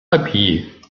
habillée